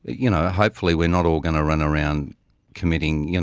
you know hopefully we are not all going to run around committing you know